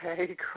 Okay